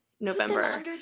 November